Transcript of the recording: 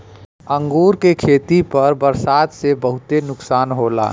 अंगूर के खेती पर बरसात से बहुते नुकसान होला